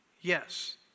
Yes